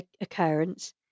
occurrence